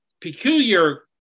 peculiar